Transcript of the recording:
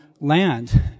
land